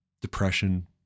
depression